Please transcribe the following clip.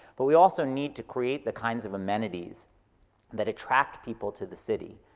but we also need to create the kinds of amenities that attract people to the city,